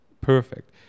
perfect